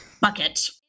bucket